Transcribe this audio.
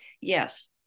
yes